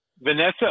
Vanessa